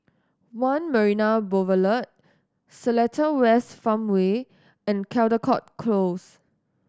One Marina Boulevard Seletar West Farmway and Caldecott Close